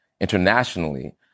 internationally